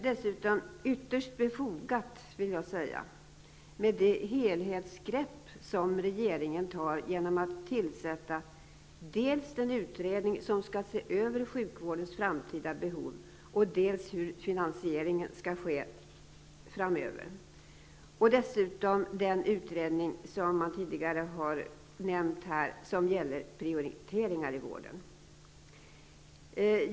Det är ytterst befogat, vill jag säga, med det helhetsgrepp som regeringen tar genom att tillsätta dels den utredning som skall se på sjukvårdens framtida behov och hur finansieringen skall ske, dels den utredning som tidigare har nämnts här och som gäller prioriteringar i vården.